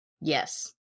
yes